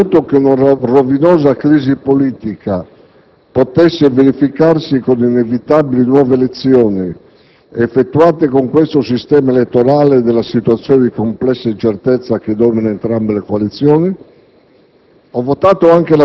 e quando ho ritenuto che una rovinosa crisi politica potesse verificarsi con inevitabili nuove elezioni effettuate con questo sistema elettorale e nella situazione di complessa incertezza che domina entrambe le coalizioni,